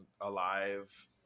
alive